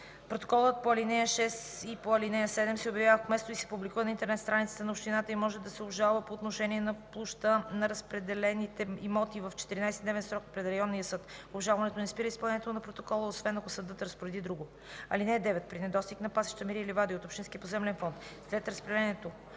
Протоколът по ал. 6 или по ал. 7 се обявява в кметството и се публикува на интернет страницата на общината и може да се обжалва по отношение на площта на разпределените имоти в 14-дневен срок пред районния съд. Обжалването не спира изпълнението на протокола, освен ако съдът разпореди друго. (9) При недостиг на пасища, мери и ливади от общинския поземлен фонд след разпределението